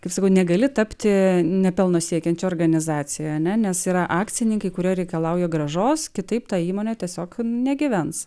kaip sakau negali tapti nepelno siekianti organizacija nes yra akcininkai kurie reikalauja grąžos kitaip ta įmonė tiesiog negyvens